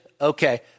okay